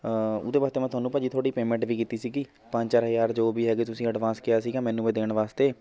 ਉਹਦੇ ਵਾਸਤੇ ਮੈਂ ਤੁਹਾਨੂੰ ਭਾਅ ਜੀ ਥੋੜ੍ਹੀ ਪੇਮੈਂਟ ਵੀ ਕੀਤੀ ਸੀਗੀ ਪੰਜ ਚਾਰ ਹਜ਼ਾਰ ਜੋ ਵੀ ਹੈਗੇ ਤੁਸੀਂ ਅਡਵਾਂਸ ਕਿਹਾ ਸੀਗਾ ਮੈਨੂੰ ਇਹ ਦੇਣ ਵਾਸਤੇ